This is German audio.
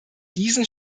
diesen